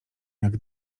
jak